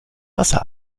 wasser